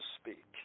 speak